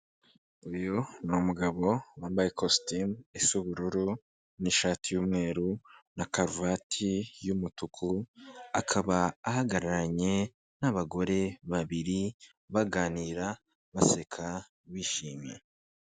Uyu ni umugabo wambaye kositimu isa ubururu n'ishati y'umweru na karuvate y'umutuku, akaba ahagararanye n'abagore babiri baganira, baseka, bishimye.